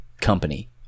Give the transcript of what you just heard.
company